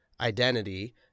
identity